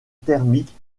thermique